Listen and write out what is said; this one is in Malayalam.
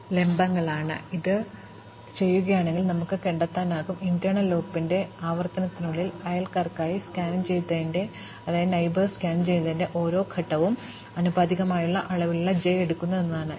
അതിനാൽ ഞങ്ങൾ ഇത് ചെയ്യുകയാണെങ്കിൽ നമുക്ക് കണ്ടെത്താനാകുന്നത് ആന്തരിക ലൂപ്പിന്റെ ആവർത്തനത്തിനുള്ളിൽ അയൽക്കാർക്കായി സ്കാൻ ചെയ്യുന്നതിന്റെ ഓരോ ഘട്ടവും ആനുപാതികമായ അളവിലുള്ള j എടുക്കുന്നു എന്നതാണ്